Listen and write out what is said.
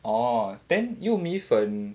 orh then 幼米粉